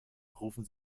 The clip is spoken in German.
rufen